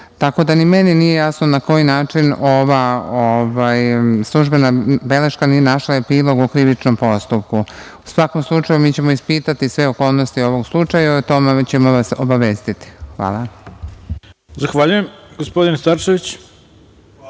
Tako da, ni meni nije jasno na koji način ova službena beleška nije našla epilog u krivičnom postupku.U svakom slučaju, mi ćemo ispitati sve okolnosti ovog slučaja i o tome ćemo vas obavestiti. Hvala. **Ivica Dačić**